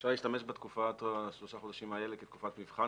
אפשר להשתמש בתקופת שלושה החודשים האלה כתקופת מבחן